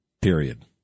period